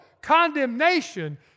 condemnation